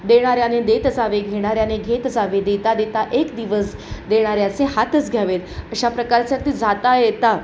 देणाऱ्याने देत जावे घेणाऱ्याने घेत जावे देता देता एक दिवस देणाऱ्याचे हातच घ्यावेत अशा प्रकारच्या अगदी जाता येता